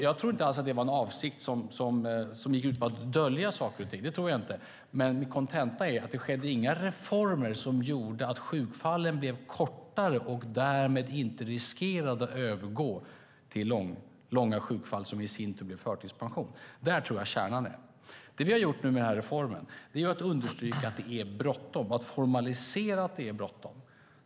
Jag tror inte alls att avsikten var att dölja saker och ting, det tror jag inte, men kontentan blev att det inte skedde några reformer som gjorde att sjukfallen blev kortare och därmed inte riskerade att övergå till långa sjukfall som i sin tur skulle leda till förtidspension. Där tror jag att kärnan ligger. Det vi gjort i och med denna reform är att understryka att det är bråttom, att formalisera att det är bråttom.